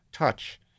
touch